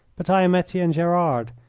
but i am etienne gerard,